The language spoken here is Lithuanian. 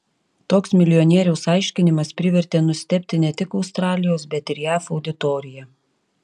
toks milijonieriaus aiškinimas privertė nustebti ne tik australijos bet ir jav auditoriją